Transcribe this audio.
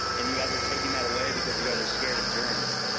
and you guys are taking that away because you guys are scared of germs.